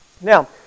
Now